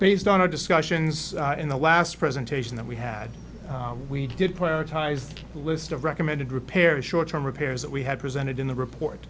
based on our discussions in the last presentation that we had we did prioritized list of recommended repairs short term repairs that we had presented in the report